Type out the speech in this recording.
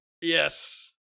Yes